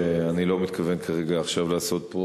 אני לא מתכוון כרגע לעשות פה